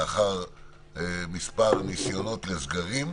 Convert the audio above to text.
לאחר מס' ניסיונות לסגרים,